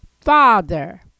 Father